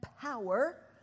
power